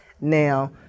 Now